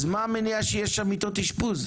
אז מה המניע שיש שם מיטות אשפוז,